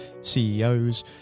CEOs